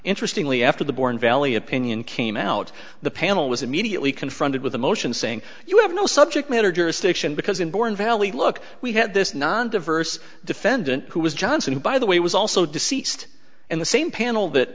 interestingly after the born valley opinion came out the panel was immediately confronted with a motion saying you have no subject matter jurisdiction because in born valley look we had this non diverse defendant who was johnson who by the way was also deceased and the same panel that